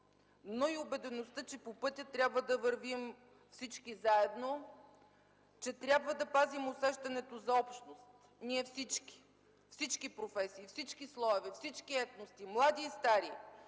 но и убедеността, че по пътя трябва да вървим всички заедно, че трябва да пазим усещането за общност – ние всички. Всички професии, всички слоеве, всички етноси, млади и стари,